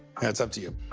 yeah, it's up to you.